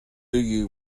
you